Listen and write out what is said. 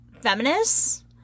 feminists